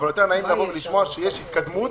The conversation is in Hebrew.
אבל יותר נעים לשמוע שיש התקדמות,